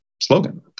slogan